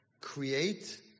Create